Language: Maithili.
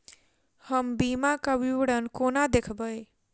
हम बीमाक विवरण कोना देखबै?